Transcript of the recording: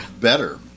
better